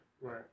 Right